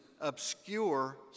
obscure